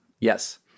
yes